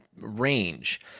range